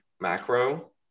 macro